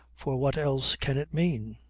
for what else can it mean,